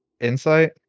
Insight